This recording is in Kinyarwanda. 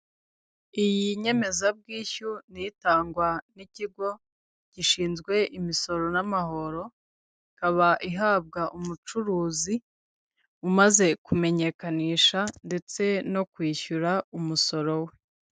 Iyi nyemezabwishyu ni iyitangwa n'ikigo gishinzwe imisoro n'amahoro, ikaba ihabwa umucuruzi umaze kumenyekanisha ndetse no kwishyura umusoro we.